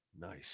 Nice